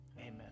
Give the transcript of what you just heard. Amen